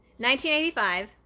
1985